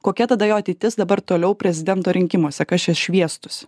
kokia tada jo ateitis dabar toliau prezidento rinkimuose kas čia šviestųsi